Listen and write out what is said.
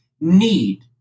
need